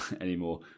anymore